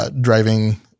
driving